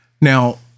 Now